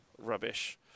rubbish